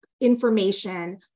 information